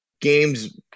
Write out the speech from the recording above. games